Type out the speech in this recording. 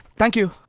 thank you.